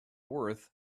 worth